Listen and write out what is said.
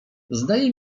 zdaje